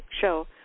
show